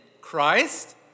Christ